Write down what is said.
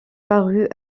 parut